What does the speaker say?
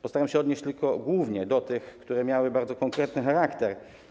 Postaram się odnieść głównie do tych, które miały bardzo konkretny charakter.